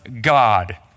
God